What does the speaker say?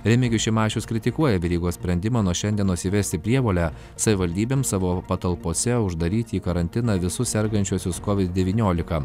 remigijus šimašius kritikuoja verygos sprendimą nuo šiandienos įvesti prievolę savivaldybėms savo patalpose uždaryti į karantiną visus sergančiuosius kovid devyniolika